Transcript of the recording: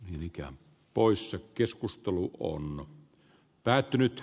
mikä on poissa keskustelu on päättynyt